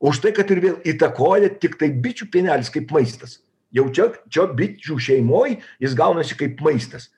už tai kad ir vėl įtakoja tiktai bičių pienelis kaip maistas jau čia čia bičių šeimoj jis gaunasi kaip maistas